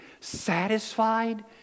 satisfied